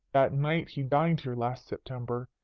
that night he dined here last september.